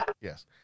Yes